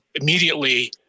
immediately